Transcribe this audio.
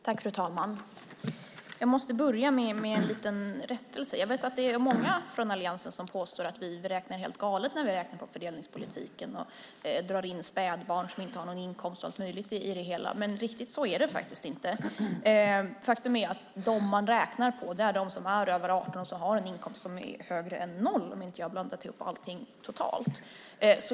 Fru talman! Jag måste börja med en liten rättelse. Jag vet att det är många från alliansen som påstår att vi beräknar helt galet när vi räknar på fördelningspolitiken och drar in spädbarn som inte har någon inkomst och allt möjligt i det hela. Men riktigt så är det faktiskt inte. Faktum är att man räknar på dem som är över 18 år och som har en inkomst högre än noll, om jag inte har blandat ihop allting totalt.